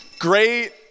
Great